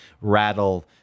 rattle